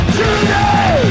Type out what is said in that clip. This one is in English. today